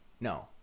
No